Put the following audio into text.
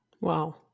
Wow